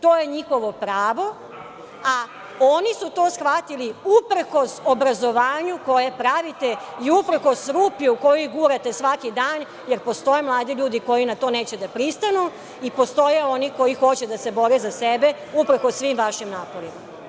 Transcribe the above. To je njihovo pravo, a oni su to shvatili uprkos obrazovanju koje pravite i uprkos rupi u koju gurate svaki dan jer postoje mladi ljudi koji na to neće da pristanu i postoje oni koji hoće da se bore za sebe uprkos svim vašim naporima.